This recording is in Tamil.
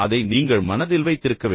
அதை நீங்கள் மனதில் வைத்திருக்க வேண்டும்